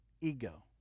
ego